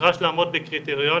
נדרש לעמוד בקריטריונים